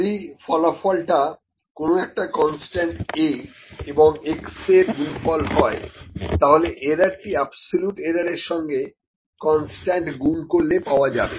যদি ফলাফলটা কোন একটা কনস্ট্যান্ট A এবং x এর গুণফল হয় তাহলে এরার টি অ্যাবসোলিউট এরার এর সঙ্গে কনস্ট্যান্ট গুণ করলে পাওয়া যাবে